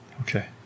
okay